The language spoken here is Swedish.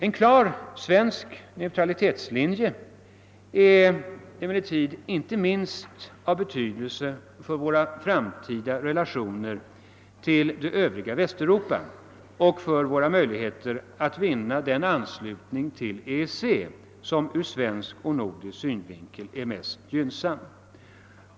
En klar svensk neutralitetslinje är av betydelse inte minst för våra framtida relationer till det övriga Västeuropa och för våra möjligheter att vinna den anslutning till EEC som ur svensk och nordisk synvinkel är mest gynnsam.